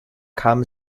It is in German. kam